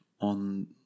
on